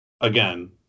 again